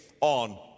on